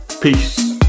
peace